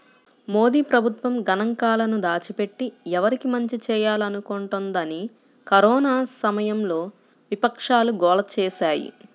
మోదీ ప్రభుత్వం గణాంకాలను దాచిపెట్టి, ఎవరికి మంచి చేయాలనుకుంటోందని కరోనా సమయంలో విపక్షాలు గోల చేశాయి